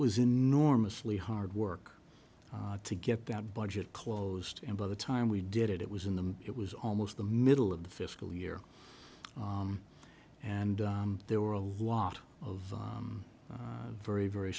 was enormously hard work to get that budget closed and by the time we did it it was in the it was almost the middle of the fiscal year and there were a lot of very very